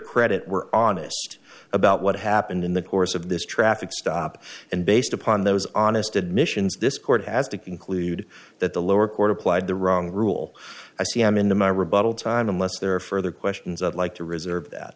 credit were honest about what happened in the course of this traffic stop and based upon those honest admissions this court has to conclude that the lower court applied the wrong rule i c m into my rebuttal time unless there are further questions i'd like to reserve that